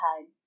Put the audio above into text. time